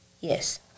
Yes